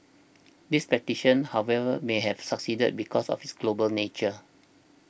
this petition however may have succeeded because of its global nature